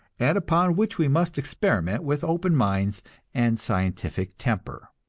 and upon which we must experiment with open minds and scientific temper.